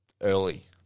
early